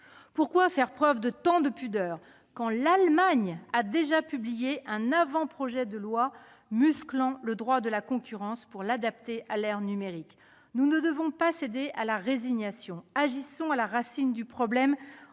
Pourquoi faire preuve de tant de pudeur quand l'Allemagne, elle, a déjà publié un avant-projet de loi musclant le droit de la concurrence pour l'adapter à l'ère numérique ? Nous ne devons pas céder à la résignation. Agissons à la racine du problème